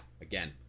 again